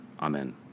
Amen